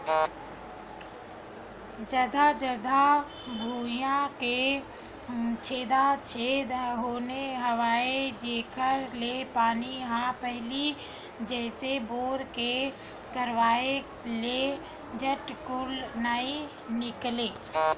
जघा जघा भुइयां के छेदा छेद होगे हवय जेखर ले पानी ह पहिली जइसे बोर के करवाय ले झटकुन नइ निकलय